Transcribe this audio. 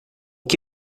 que